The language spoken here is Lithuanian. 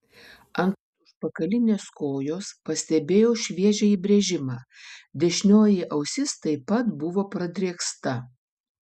ant užpakalinės kojos pastebėjau šviežią įbrėžimą dešinioji ausis taip pat buvo pradrėksta